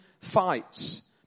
Fights